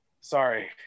Sorry